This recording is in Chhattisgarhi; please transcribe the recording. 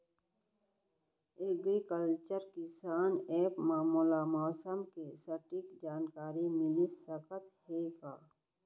एग्रीकल्चर किसान एप मा मोला मौसम के सटीक जानकारी मिलिस सकत हे का?